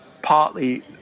partly